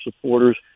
supporters